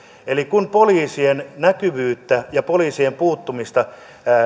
poliisien näkyvyyttä ja poliisien puuttumista